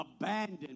Abandoned